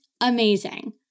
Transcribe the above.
amazing